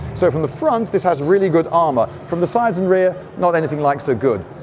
so from the front this has really good armour. from the sides and rear not anything like so good.